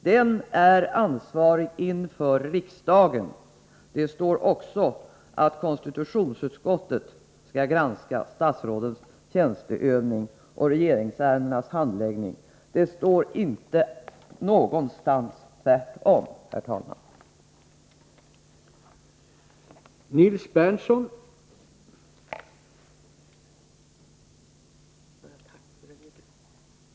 Den är ansvarig inför riksdagen.” I 12 kap. 1 § regeringsformen står: ”Konstitutionsutskottet skall granska statsrådens tjänsteutövning och regeringsärendenas handläggning.” Det står inte någonstans i regeringsformen att det skall vara tvärtom, herr talman!